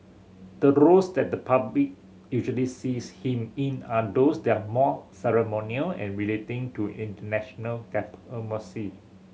the roles that the public usually sees him in are those there are more ceremonial and relating to international